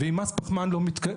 ואם מס פחמן לא מתקדם,